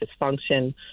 dysfunction